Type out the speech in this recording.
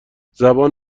زبان